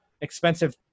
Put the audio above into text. expensive